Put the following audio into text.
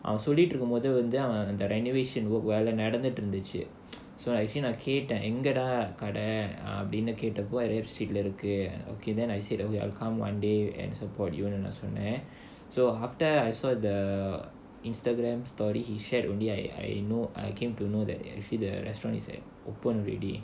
I was சொல்லிட்ருக்கும் போது வந்து அவன்:sollitrukkum pothu vandhu avan renovation work வேல நடந்துட்டுருந்துச்சு நான் கேட்டேன் எங்கடா கடை நான் கேட்டப்போ:vela nadanthutrunthuchu naan kaettaen engada kadai naan kettappo okay okay then I said okay I'll come one day and support you from eh so after I saw the Instagram story he shared only I I know I came to know that actually the restaurant is open already